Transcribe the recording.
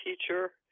teacher